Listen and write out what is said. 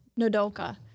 Nodoka